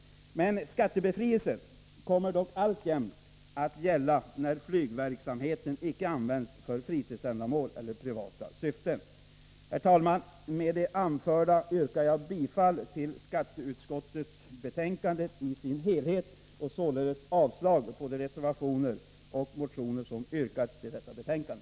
Skattebefrielsen kommer dock alltjämt att gälla när flygverksamheten icke gäller fritidsändamål eller privata syften. Herr talman! Med det anförda yrkar jag bifall till hemställan i skatteutskottets betänkande i dess helhet och således avslag på de reservationer och motioner som har fogats till detta betänkande.